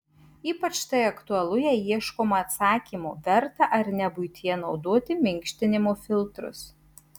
ypač tai aktualu jei ieškoma atsakymo verta ar ne buityje naudoti minkštinimo filtrus